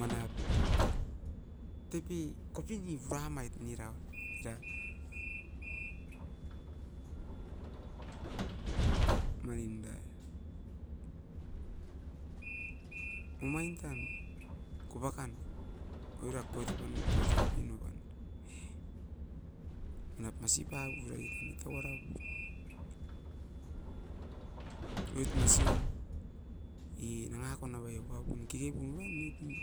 Manap topi, kopini pa mait nira, era mai ninda. Omain tan, kopakan oirat koita pan koitap pinu van ne. Manap masi papurai tanai tauara pum. Noit masiun i nangakon oubai ukapum kikipu urain nuipun.